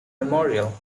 memorial